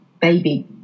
baby